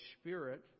Spirit